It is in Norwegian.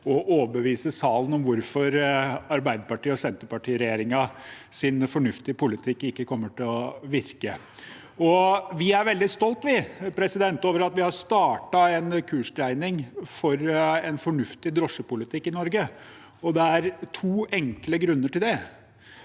overbevise salen om hvorfor Arbeiderparti–Senterparti-regjeringens fornuftige politikk ikke kommer til å virke. Vi er veldig stolte over at vi har startet en kursdreining mot en fornuftig drosjepolitikk i Norge, og det er to enkle grunner til det.